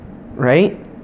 right